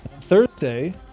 Thursday